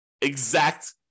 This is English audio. exact